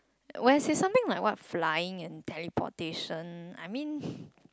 when it say something like what flying and teleportation I mean